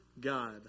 God